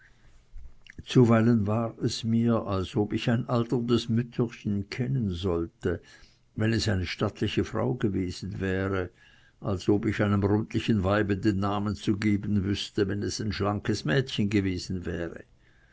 zuweilen war es mir als ob ich ein alterndes mütterchen als eine stattliche frau gekannt hatte als ob ich einem rundlichten weibe den namen zu geben wüßte wenn es ein schlankes mädchen gewesen wäre